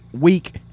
week